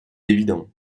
évident